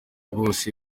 bose